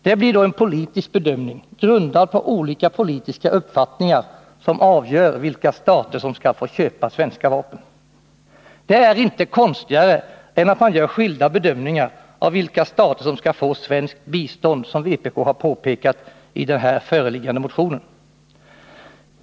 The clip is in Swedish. Det blir då en politisk bedömning, grundad på olika politiska uppfattningar, som avgör vilka stater som skall få köpa svenska vapen. Det är inte konstigare än att man gör skilda bedömningar av vilka stater som skall få svenskt bistånd, vilket vpk har påpekat i den föreliggande motionen.